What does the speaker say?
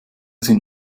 sind